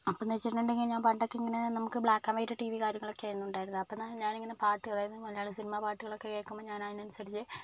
അപ്പോഴെന്ന് വെച്ചിട്ടുണ്ടെങ്കിൽ പണ്ടൊക്കെ ഞാൻ ഇങ്ങനെ നമുക്ക് black and white TV കാര്യങ്ങളൊക്കെ ആയിരുന്നു ഉണ്ടായിരുന്നത് അപ്പോഴെന്ന് വെച്ചാൽ ഞാൻ ഇങ്ങനെ പാട്ട് അതായത് മലയാള സിനിമ പാട്ടൊക്കെ കേൾക്കുമ്പോൾ ഞാൻ അതിനനുസരിച്ച്